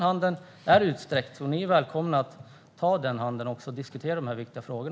Handen är utsträckt, och ni är välkomna att ta den och diskutera dessa viktiga frågor.